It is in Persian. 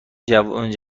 جوانب